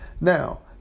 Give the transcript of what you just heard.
Now